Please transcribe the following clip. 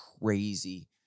crazy